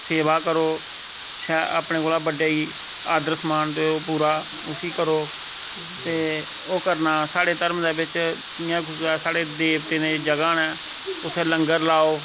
सेवा करो शैल अपने कोला बड्डे गी आदर सम्मान देओ पूरा उसी करो ते ओह् करना स्हाड़े धर्म दे ब इयां स्हाड़े देवते दे जगह नै उत्थै लंगर लाओ